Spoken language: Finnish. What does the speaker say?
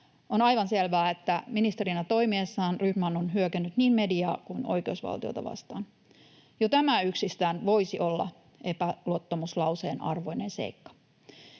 On aivan selvää, että ministerinä toimiessaan Rydman on hyökännyt niin mediaa kuin oikeusvaltiota vastaan. Jo tämä yksistään voisi olla epäluottamuslauseen arvoinen seikka.